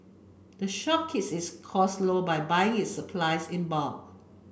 the shop cost low by buying its supplies in bulk